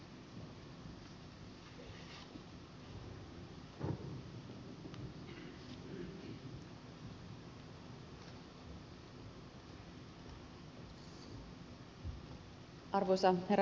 arvoisa herra puhemies